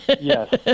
Yes